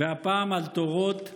והפעם על תורות הגזע.